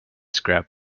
scrap